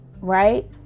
right